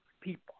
people